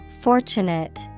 Fortunate